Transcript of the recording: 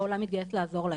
העולם מתגייס לעזור להם,